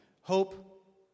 Hope